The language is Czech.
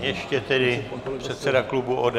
Ještě tedy předseda klubu ODS.